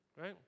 right